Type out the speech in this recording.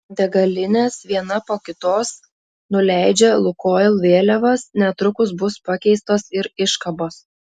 degalinės viena po kitos nuleidžia lukoil vėliavas netrukus bus pakeistos ir iškabos